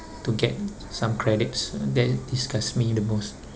to get some credits that disgusts me the most